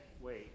wait